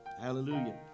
Hallelujah